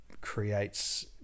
creates